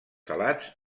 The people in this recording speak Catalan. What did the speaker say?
salats